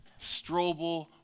Strobel